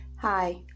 hi